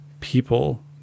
people